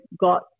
got